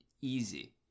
easy